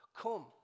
Come